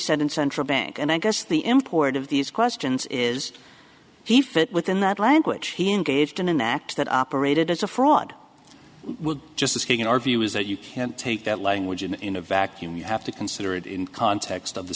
said in central bank and i guess the import of these questions is he fit within that language he engaged in an act that operated as a fraud just as king in our view is that you can't take that language in a vacuum you have to consider it in context of the